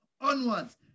onwards